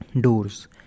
doors